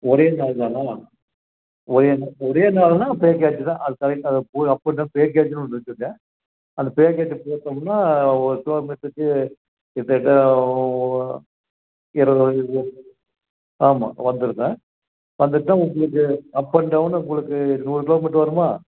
ஒரே நாள் தானா ஒரே நாள் ஒரே நாள்னா பேக்கேஜி தான் அதை தவிர்த்து அப்போ இருந்து பேக்கேஜின்னு ஒன்று இருக்குங்க அந்த பேக்கேஜை சேர்த்தோம்னா ஒரு கிலோமீட்டருக்கு கிட்டதட்ட இருபது இரு ஆமாம் வந்துருங்க வந்துருச்சுன்னா உங்களுக்கு அப் அண்ட் டவுன் உங்களுக்கு நூறு கிலோமீட்ரு வருமா